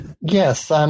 Yes